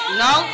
no